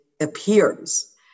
appears